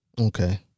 Okay